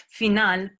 final